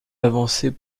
avancées